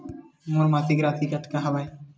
मोर मासिक राशि कतका हवय?